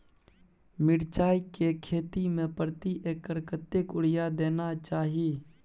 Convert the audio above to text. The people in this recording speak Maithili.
मिर्चाय के खेती में प्रति एकर कतेक यूरिया देना चाही?